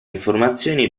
informazioni